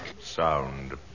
Sound